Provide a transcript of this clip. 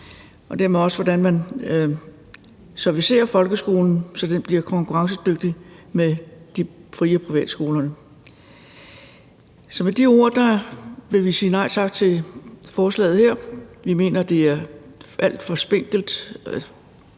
og dermed også, hvordan man servicerer folkeskolen, så den bliver konkurrencedygtig med fri- og privatskolerne. Med de ord vil vi sige nej tak til forslaget her. Vi mener, at det er alt for spinkelt.